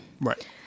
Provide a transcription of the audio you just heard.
right